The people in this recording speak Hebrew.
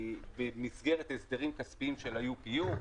במסגרת הסדרים כספיים של ה-UPU,